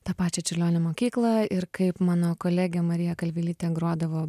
tą pačią čiurlionio mokyklą ir kaip mano kolegė marija kalvelytė grodavo